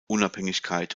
unabhängigkeit